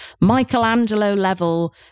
Michelangelo-level